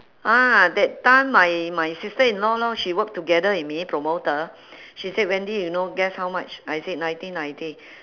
ah that time my my sister in law lor she worked together with me promoter she said wendy you know guess how much I said nineteen ninety